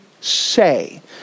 say